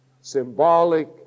symbolic